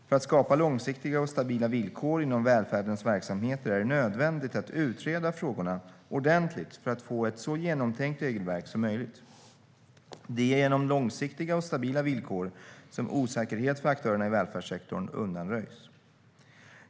För att skapa långsiktiga och stabila villkor inom välfärdens verksamheter är det nödvändigt att utreda frågorna ordentligt för att få ett så genomtänkt regelverk som möjligt. Det är genom långsiktiga och stabila villkor som osäkerhet för aktörerna i välfärdssektorn undanröjs.